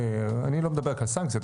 אני לא מדבר רק על סנקציות,